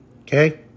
Okay